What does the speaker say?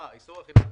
איסור ברית מילה?